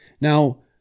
Now